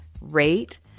rate